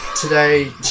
today